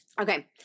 Okay